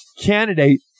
candidate